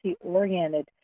oriented